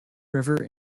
river